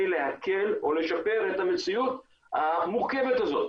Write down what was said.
להקל או לשפר את המציאות המורכבת הזאת?